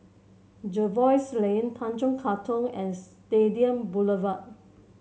Jervois Lane Tanjong Katong and Stadium Boulevard